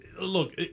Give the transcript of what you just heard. look